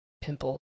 Pimple